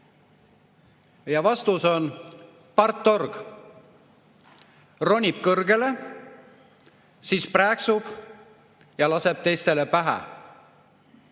Ja vastus on: partorg, ronib kõrgele, siis prääksub ja laseb teistele pähe.